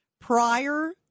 prior